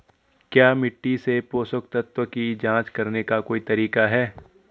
क्या मिट्टी से पोषक तत्व की जांच करने का कोई तरीका है?